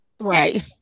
Right